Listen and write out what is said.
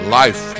life